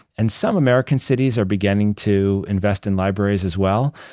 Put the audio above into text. and some american cities are beginning to invest in libraries as well.